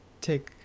take